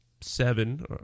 seven